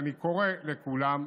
ואני קורא לכולם,